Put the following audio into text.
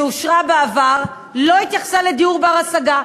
שאושרה בעבר, לא התייחסה לדיור בר-השגה.